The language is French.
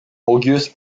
auguste